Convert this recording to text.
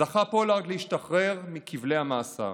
זכה פולארד להשתחרר מכבלי המאסר.